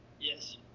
Yes